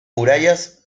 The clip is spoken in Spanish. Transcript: murallas